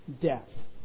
death